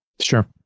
Sure